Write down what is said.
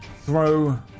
Throw